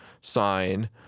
sign